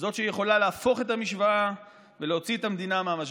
זו שיכולה להפוך את המשוואה ולהוציא את המדינה מהמשבר,